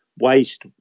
waste